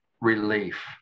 relief